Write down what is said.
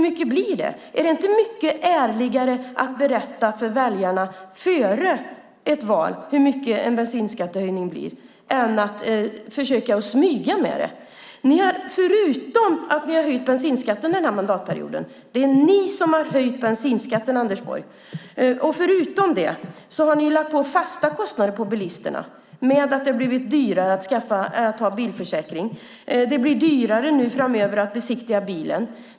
Är det inte mycket ärligare att berätta för väljarna före valet hur hög bensinskattehöjningen blir än att försöka smyga med det? Ni har höjt bensinskatten under den här mandatperioden. Det är ni som har gjort det, Anders Borg. Förutom det har ni lagt på fasta kostnader för bilisterna. Det har blivit dyrare att ha bilförsäkring. Det blir dyrare att låta besiktiga bilen framöver.